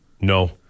No